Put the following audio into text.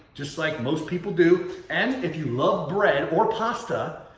just like most people do, and if you love bread or pasta,